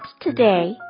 today